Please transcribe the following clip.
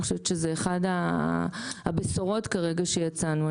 אני חושבת שכרגע זאת אחת הבשורות שיצאנו איתן.